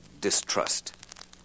distrust